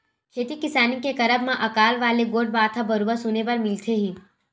खेती किसानी के करब म अकाल वाले गोठ बात ह बरोबर सुने बर मिलथे ही